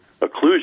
occlusion